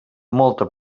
molta